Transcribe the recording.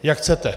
Jak chcete.